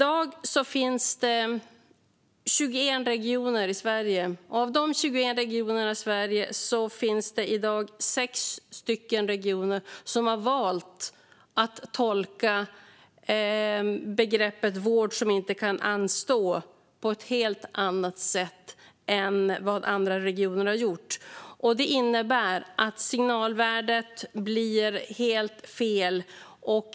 Av Sveriges i dag 21 regioner har 6 regioner valt att tolka begreppet "vård som inte kan anstå" på ett helt annat sätt än vad övriga regioner har gjort. Detta innebär att signalerna blir helt fel.